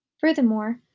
Furthermore